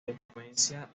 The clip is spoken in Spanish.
influencia